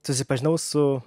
susipažinau su